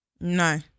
No